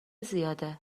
زیاده